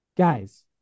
Guys